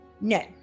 No